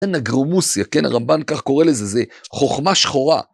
כן, אגרומוסיה, כן הרמב״ן כך קורא לזה, זה חוכמה שחורה.